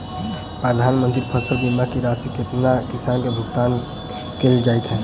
प्रधानमंत्री फसल बीमा की राशि केतना किसान केँ भुगतान केल जाइत है?